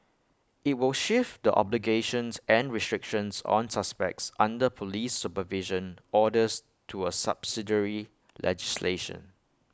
IT will shift the obligations and restrictions on suspects under Police supervision orders to A subsidiary legislation